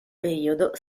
periodo